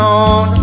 on